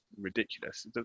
ridiculous